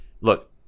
look